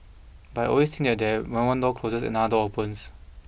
but I always think that when one door closes another door opens